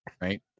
Right